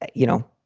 you know,